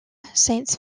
science